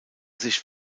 sich